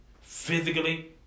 physically